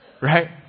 Right